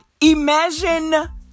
Imagine